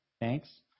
Thanks